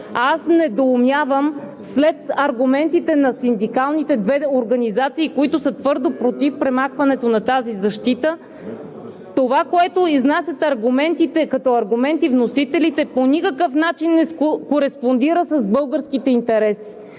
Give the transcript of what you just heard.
недоумявам, че аргументите на двете синдикални организации, които са твърдо против премахването на тази защита, и това, което изнасят като аргументи вносителите, то по никакъв начин не кореспондира с българските интереси.